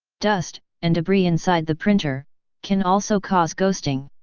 dust and debris inside the printer can also cause ghosting.